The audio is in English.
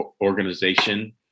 organization